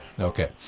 Okay